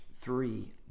three